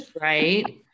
right